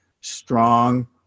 strong